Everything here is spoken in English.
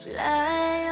Fly